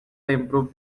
improve